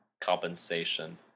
compensation